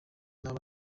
n’aba